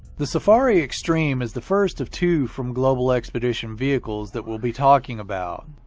the safari extreme is the first of two from global expedition vehicles that we'll be talking about.